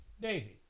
Daisy